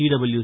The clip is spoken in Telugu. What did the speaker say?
డబ్ల్యి